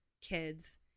kids